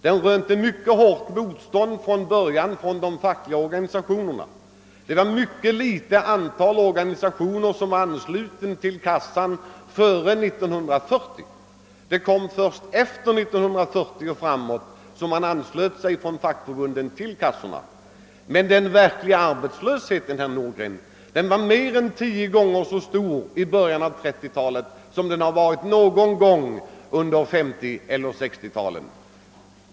Den rönte mycket hårt motstånd i början från de fackliga organisationernas sida, och det var endast ett mycket litet antal organisationer anslutna till kassan före 1940. Först därefter anslöt man sig inom förbunden till kassorna. Den verkliga arbetslösheten, herr Nordgren, var emellertid mer än tio gånger större på 1930-talet än den var någon gång under 1950 och 1960 talen.